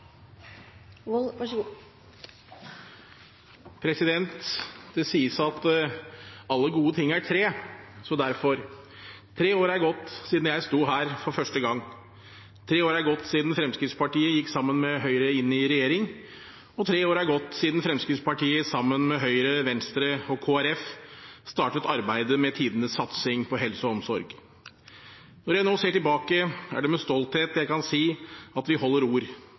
tre, så derfor: Tre år er gått siden jeg sto her for første gang, tre år er gått siden Fremskrittspartiet gikk sammen med Høyre inn i regjering, og tre år er gått siden Fremskrittspartiet sammen med Høyre, Venstre og Kristelig Folkeparti startet arbeidet med tidenes satsing på helse og omsorg. Når jeg nå ser tilbake, er det med stolthet jeg kan si at vi holder ord,